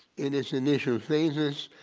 in it's initial phases,